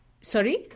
Sorry